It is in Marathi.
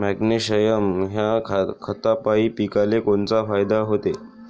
मॅग्नेशयम ह्या खतापायी पिकाले कोनचा फायदा होते?